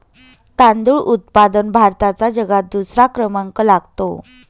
तांदूळ उत्पादनात भारताचा जगात दुसरा क्रमांक लागतो